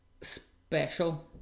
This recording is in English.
special